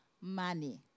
money